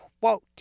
Quote